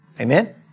Amen